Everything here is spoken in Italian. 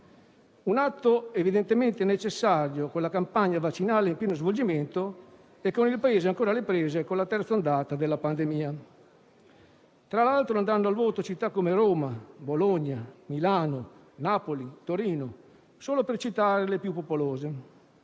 un atto evidentemente necessario, visto che la campagna vaccinale è in pieno svolgimento e si è ancora alle prese con la terza ondata della pandemia. Tra l'altro, andranno al voto città come Roma, Bologna, Milano, Napoli e Torino, solo per citare le più popolose.